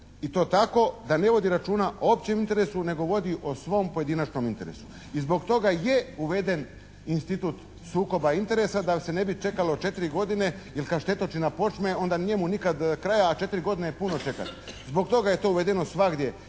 i to tako da ne vodi računa o općem interesu nego vodi o svom pojedinačnom interesu. I zbog toga je uveden Institut sukoba interesa da se ne bi čekalo 4 godine, jer kad štetočina počme onda njemu nikad kraja a 4 godine je puno čekat. Zbog toga je to uvedeno svagdje